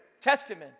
Testament